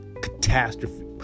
catastrophe